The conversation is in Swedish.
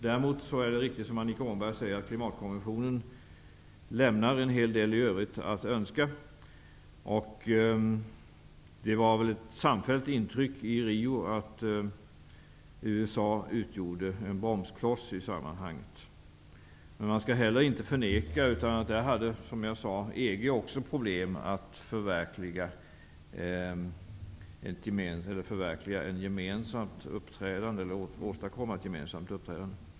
Däremot lämnar klimatkonventionen, som Annika Åhnberg mycket riktigt påpekar, en hel del övrigt att önska. Det var nog ett samfällt intryck i Rio att USA utgjorde en bromskloss i sammanhanget. Men man skall heller inte förneka, som jag sagt, att också EG hade problem när det gällde att åstadkomma ett gemensamt uppträdande.